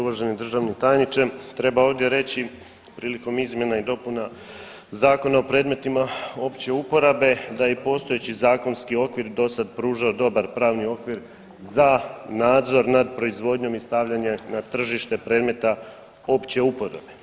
Uvaženi državni tajniče treba ovdje reći prilikom izmjena i dopuna Zakona o predmetima opće uporabe da je i postojeći zakonski okvir dosad pružao pravni okvir za nadzor nad proizvodnjom i stavljanje na tržište predmeta opće upotrebe.